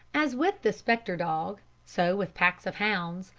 as with the spectre dog, so with packs of hounds,